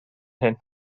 hyn